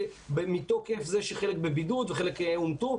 מתוקף זה שחלק בבידוד וחלק אומתו,